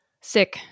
sick